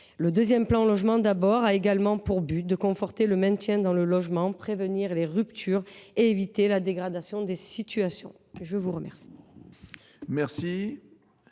Le deuxième plan Logement d’abord a également pour but de conforter le maintien dans le logement, de prévenir les ruptures et d’éviter la dégradation des situations. La parole